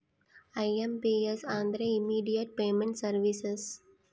IMPS ಅಂದ್ರ immediate payment services